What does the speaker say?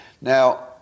Now